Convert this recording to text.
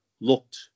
looked